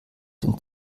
den